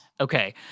okay